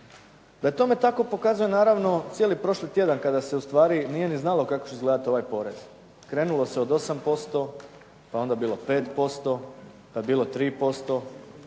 je tome tako, pokazao je naravno cijeli prošlo tjedan kada se ustvari nije ni znalo kako će izgledati ovaj porez. Krenulo se od 8% pa je onda bilo 5%, pa je bilo 3%